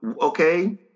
Okay